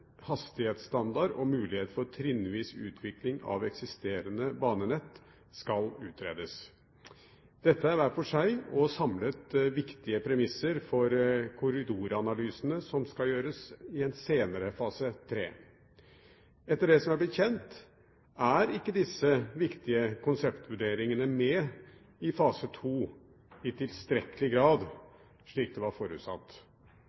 hastighetsstandard og mulighet for trinnvis utvikling av eksisterende banenett skal utredes. Dette er hver for seg og samlet viktige premisser for korridoranalysene som skal gjøres senere i fase 3. Etter det som er blitt kjent, er ikke disse viktige konseptvurderingene med i fase 2 i tilstrekkelig